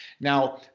Now